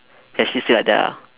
ya she say like that ah